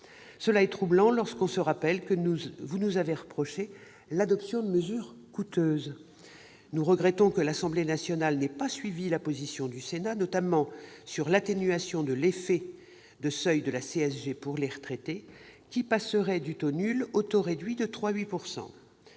est troublante, lorsqu'on se rappelle que vous nous avez reproché l'adoption de mesures coûteuses ... Nous regrettons que l'Assemblée nationale n'ait pas suivi la position du Sénat, notamment quant à l'atténuation de l'effet de seuil de la CSG pour les retraités qui passeraient du taux nul au taux réduit de 3,8 %.